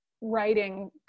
writing